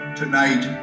tonight